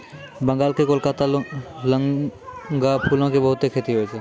बंगाल के कोलकाता लगां फूलो के बहुते खेती होय छै